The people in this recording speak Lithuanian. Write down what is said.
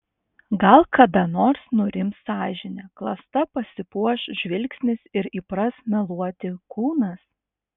gal kada nors nurims sąžinė klasta pasipuoš žvilgsnis ir įpras meluoti kūnas